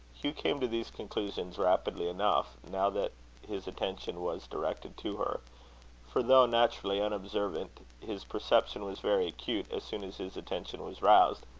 hugh came to these conclusions rapidly enough, now that his attention was directed to her for, though naturally unobservant, his perception was very acute as soon as his attention was roused.